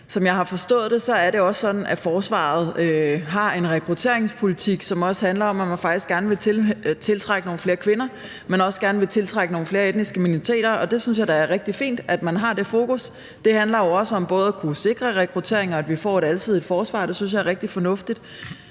Som jeg har forstået det, er det også sådan, at forsvaret har en rekrutteringspolitik, som også handler om, at man faktisk gerne vil tiltrække nogle flere kvinder og nogle flere etniske minoriteter. Jeg synes da, det er rigtig fint at have det fokus. Det handler jo også både om at kunne sikre en rekruttering, og at vi får et alsidigt forsvar. Det synes jeg er rigtig fornuftigt.